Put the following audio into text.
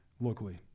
locally